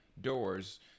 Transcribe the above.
doors